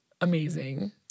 amazing